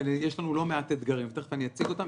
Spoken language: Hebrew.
ויש לנו לא מעט אתגרים ותכף אני אציג אותם.